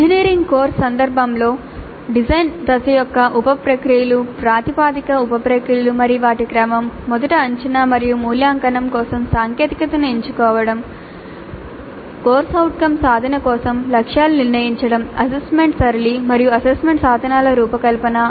engineering course సందర్భంలో design దశ యొక్క ఉప ప్రక్రియలు ప్రతిపాదిత ఉప ప్రక్రియలు మరియు వాటి క్రమం మొదట అంచనా మరియు మూల్యాంకనం కోసం సాంకేతికతను ఎంచుకోవడం CO సాధన కోసం లక్ష్యాలను నిర్ణయించడం అసెస్మెంట్ సరళి మరియు అసెస్మెంట్ సాధనాల రూపకల్పన